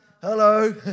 Hello